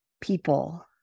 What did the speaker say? people